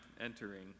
entering